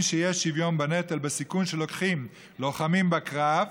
שיש 'שוויון בנטל' בסיכון שלוקחים לוחמים בקרב,